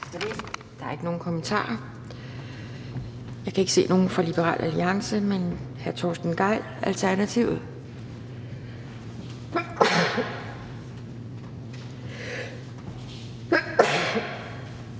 Der er ikke nogen kommentarer. Jeg kan ikke se nogen fra Liberal Alliance. Hr. Torsten Gejl, Alternativet.